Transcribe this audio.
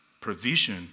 provision